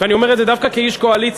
ואני אומר את זה דווקא כאיש קואליציה,